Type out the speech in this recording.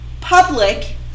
public